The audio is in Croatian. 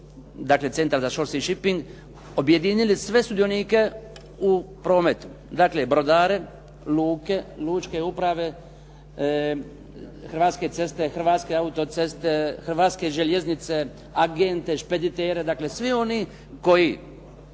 dakle centar za "Sort sea Shipping" objedinili sve sudionike u prometu, dakle brodare, luke, lučke uprave, Hrvatske ceste, Hrvatske auto-ceste, Hrvatske željeznice, agente, špeditere. Dakle, svi oni koji